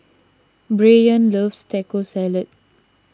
Brayan loves Taco Salad